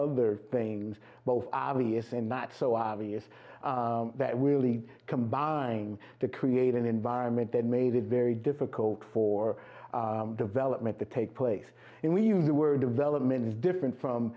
other things both obvious and not so obvious that really combined to create an environment that made it very difficult for development to take place and we were development is different from